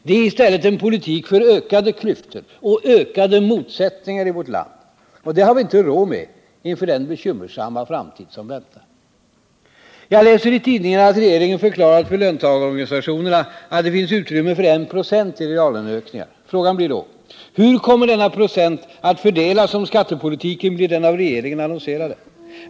Det är i stället en politik för ökade klyftor och ökade motsättningar i vårt land. Det har vi inte råd med inför den bekymmersamma framtid som västar. Jag läser i tidningarna att regeringen förklarat för löntagarorganisationerna att det finns utrymme för 1 96 i reallöneökningar. Frågan blir då: Hur kommer denna procent att fördelas, om skattepolitiken blir den av regeringen annonserade?